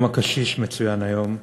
יום הקשיש מצוין היום,